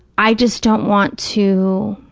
i just don't want to,